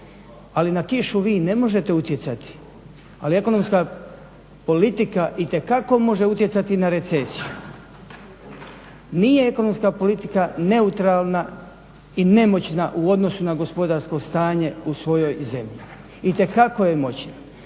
Ali na kišu vi ne možete utjecati, ali ekonomska politika itekako može utjecati na recesiju. Nije ekonomska politika neutralna i nemoćna u odnosu na gospodarsko stanje u svojoj zemlji. Itekako je moćna.